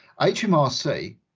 HMRC